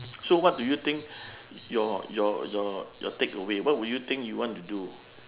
so what do you think your your your your takeaway what would you think you want to do